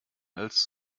als